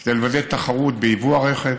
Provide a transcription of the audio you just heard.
כדי לוודא תחרות ביבוא הרכב,